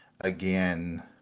again